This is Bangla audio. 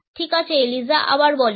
ঠিক আছে এলিজা আবার বলো